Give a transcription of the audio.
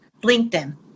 LinkedIn